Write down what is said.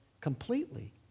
Completely